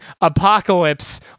Apocalypse